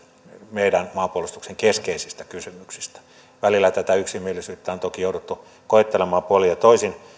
meidän maanpuolustuksen keskeisistä kysymyksistä välillä tätä yksimielisyyttä on toki jouduttu koettelemaan puolin ja toisin